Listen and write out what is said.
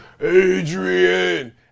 Adrian